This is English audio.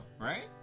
right